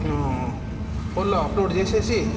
ఫోన్లో అప్లోడ్ చేసేసి